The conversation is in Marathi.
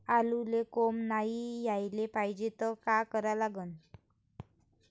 आलूले कोंब नाई याले पायजे त का करा लागन?